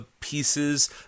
pieces